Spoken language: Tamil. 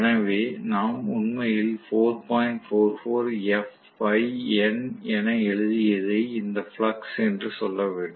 எனவே நாம் உண்மையில் என எழுதியதை இந்த ஃப்ளக்ஸ் என்று சொல்ல வேண்டும்